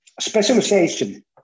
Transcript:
specialization